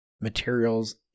materials